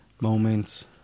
moments